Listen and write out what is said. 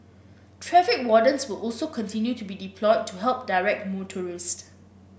traffic wardens will also continue to be deployed to help direct motorists